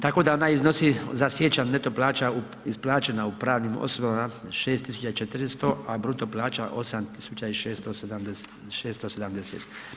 Tako da ona iznosi za siječanj neto plaća isplaćena u pravnim osobama 6.400, a bruto plaća 8.670.